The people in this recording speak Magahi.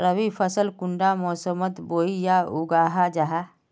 रवि फसल कुंडा मोसमोत बोई या उगाहा जाहा?